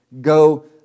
Go